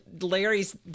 Larry's